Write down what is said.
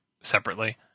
separately